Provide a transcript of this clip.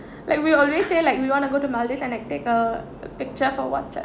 like we always say like we want to go to maldives and like take a picture for WhatsApp